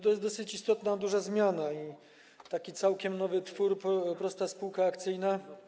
To jest dosyć istotna, duża zmiana i całkiem nowy twór - prosta spółka akcyjna.